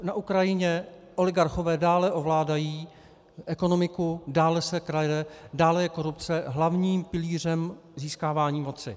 Na Ukrajině oligarchové dále ovládají ekonomiku, dále se krade, dále je korupce hlavním pilířem získávání moci.